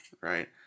Right